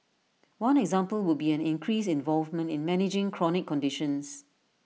one example would be an increased involvement in managing chronic conditions